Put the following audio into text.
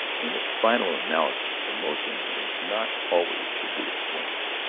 in its final analysis, emotion is not always to be explained.